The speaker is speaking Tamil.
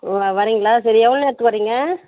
ம் வ வரீங்களா சரி எவ்வளோ நேரத்துக்கு வரீங்க